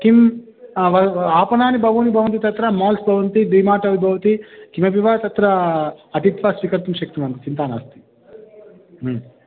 किं वद् आपणानि बहूनि भवन्ति तत्र माल्स् भवन्ति डि मार्ट् भवति किमपि वा तत्र अटित्वा स्वीकर्तुं शक्नुवन्ति चिन्ता नास्ति